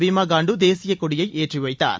பீமா காண்டு தேசியக்கொடியை ஏற்றி வைத்தார்